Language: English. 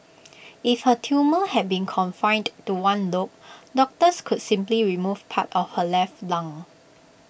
if her tumour had been confined to one lobe doctors could simply remove part of her left lung